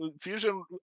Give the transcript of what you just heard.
Fusion